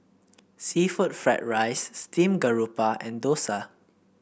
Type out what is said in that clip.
seafood Fried Rice Steamed Garoupa and Dosa